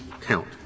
count